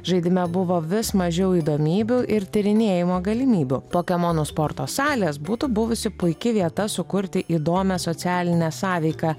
žaidime buvo vis mažiau įdomybių ir tyrinėjimo galimybių pokemonų sporto salės būtų buvusi puiki vieta sukurti įdomią socialinę sąveiką